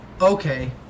Okay